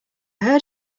heard